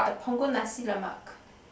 the Punggol Nasi -Lemak